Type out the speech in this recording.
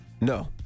No